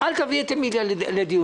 אל תביא את אמיליה לדיון.